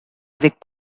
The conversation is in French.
avec